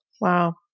Wow